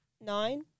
Nine